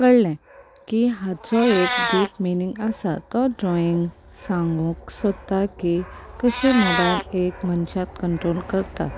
कळ्ळें की हाचो एक डीप मिनींग आसा तो ड्रॉइंग सांगूंक सोदता की कशें मोबायल एक मनशाक कंट्रोल करता